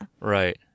Right